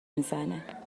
میزنه